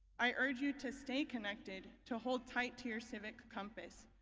i urge you to stay connected, to hold tight to your civic compass.